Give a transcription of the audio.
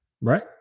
right